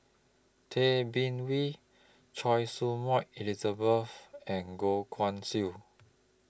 Tay Bin Wee Choy Su Moi Elizabeth and Goh Guan Siew